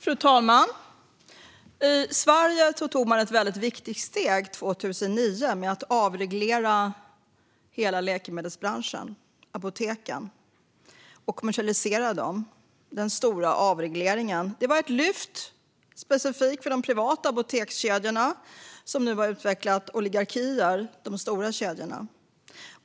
Fru talman! I Sverige tog man ett mycket viktigt steg 2009 genom att avreglera hela läkemedelsbranschen och apoteken och kommersialisera apoteken - den stora avregleringen. Det var ett lyft specifikt för de privata apotekskedjorna, och de stora kedjorna har nu utvecklat oligarkier.